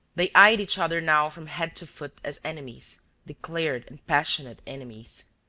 they eyed each other now from head to foot as enemies, declared and passionate enemies.